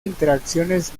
interacciones